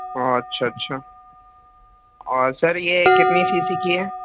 اچھا اچھا اور سر یہ کتنے سی سی کی ہے